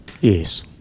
Yes